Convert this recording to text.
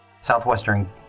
southwestern